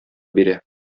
бирә